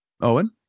Owen